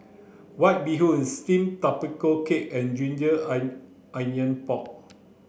white bee hoon steamed tapioca cake and ginger onion pork